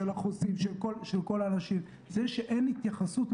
של החוסים,